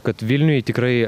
kad vilniui tikrai